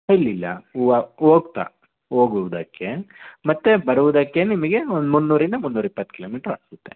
ಇಲ್ಲಿಲ್ಲ ಹೋವಾ ಹೋಗ್ತಾ ಹೋಗುವುದಕ್ಕೆ ಮತ್ತು ಬರುವುದಕ್ಕೆ ನಿಮಗೆ ಒಂದು ಮುನ್ನೂರರಿಂದ ಮುನ್ನೂರಿಪ್ಪತ್ತು ಕಿಲೋಮೀಟರ್ ಆಗುತ್ತೆ